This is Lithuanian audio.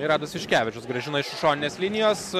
ir adas juškevičius grąžina iš už šoninės linijos